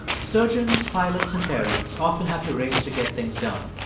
surgeons, pilots and parents often have to race to get things done.